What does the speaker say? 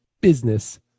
business